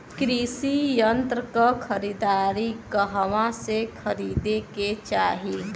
कृषि यंत्र क खरीदारी कहवा से खरीदे के चाही?